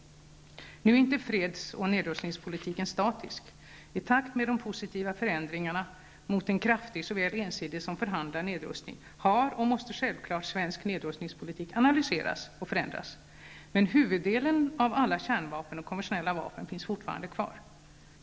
Nu är inte freds och nedrustningspolitiken statisk. I takt med de positiva förändringarna mot en kraftig, såväl ensidig som förhandlad nedrustning, har, vilket självfallet måste ske, svensk nedrustningspolitik analyserats och förändrats. Men huvuddelen av alla kärnvapen och konventionella vapen finns fortfarande kvar.